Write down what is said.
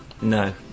No